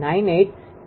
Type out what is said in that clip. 084° મળશે